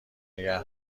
نگه